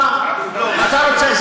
אתה רוצה,